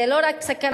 זה לא רק סכנה,